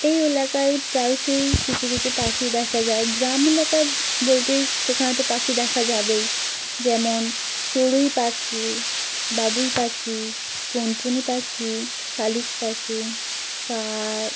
এই এলাকায় প্রায়শই কিছু কিছু পাখি দেখা যায় গ্রাম এলাকা বলতে সেখানে তো পাখি দেখা যাবেই যেমন চড়ুই পাখি বাবুই পাখি টুনটুনি পাখি শালিক পাখি কাক